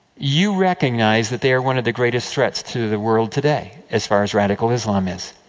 you recognize that they are one of the greatest threats to the world, today, as far as radical islam is.